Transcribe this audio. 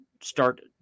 start